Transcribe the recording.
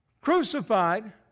Crucified